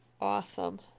awesome